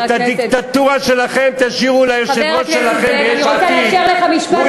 את הדיקטטורה שלכם תשאירו ליושב-ראש שלכם מיש עתיד.